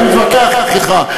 הייתי מתווכח אתך.